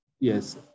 Yes